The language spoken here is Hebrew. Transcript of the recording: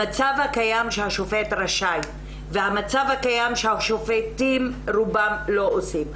המצב הקיים הוא שהשופט רשאי ובמצב הקיים רוב השופטים לא עושים.